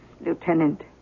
Lieutenant